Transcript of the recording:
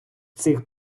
цих